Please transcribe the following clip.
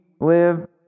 live